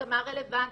הסכמה רלוונטית,